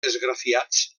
esgrafiats